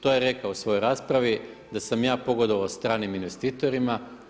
To je rekao u svojoj raspravi da sam ja pogodovao stranim investitorima.